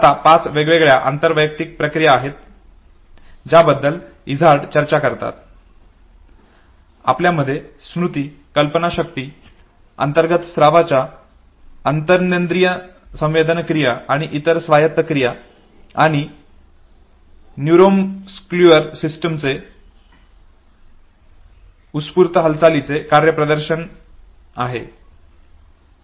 आता पाच वेगवेगळ्या आंतर वैयक्तिक प्रक्रिया आहेत ज्याबद्दल इझार्ड चर्चा करतात ज्यामध्ये स्मृती कल्पनाशक्ती अंतर्गत स्रावाच्या अंतरेन्द्रीय संवेदन क्रिया आणि इतर स्वायत्त क्रिया आणि न्यूरोमस्क्युलर सिस्टमचे उत्स्फूर्त हालचालींचे कार्य प्रदर्शन आहे